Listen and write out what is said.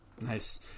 Nice